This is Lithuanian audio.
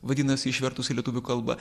vadinasi išvertus į lietuvių kalbą